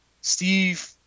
Steve